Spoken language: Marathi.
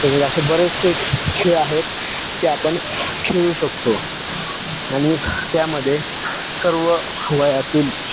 त्याच्यात असे बरेचसे खेळ आहेत ते आपण खेळू शकतो आणि त्यामध्ये सर्व वयातील